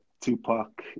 Tupac